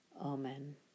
Amen